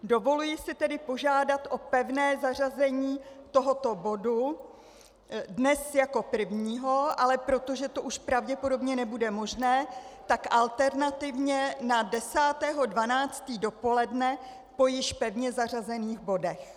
Dovoluji si tedy požádat o pevné zařazení tohoto bodu dnes jako prvního, ale protože to už pravděpodobně nebude možné, tak alternativně na 10. 12. dopoledne po již pevně zařazených bodech.